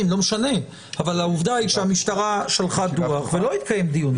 אבל העובדה היא שהמשטרה שלחה דוח ולא התקיים דיון.